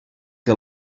què